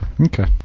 Okay